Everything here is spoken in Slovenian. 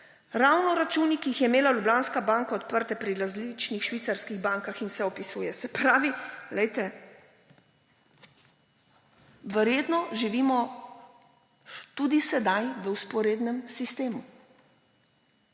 ravno računi, ki jih je imela Ljubljanska banka odprte pri različnih švicarskih bankah. Vse opisuje. Verjetno živimo tudi sedaj v vzporednem sistemu.